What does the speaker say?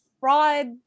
fraud